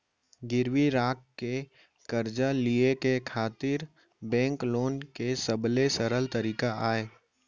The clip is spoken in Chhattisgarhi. गिरवी राख के करजा लिये के तरीका बेंक लोन के सबले सरल तरीका अय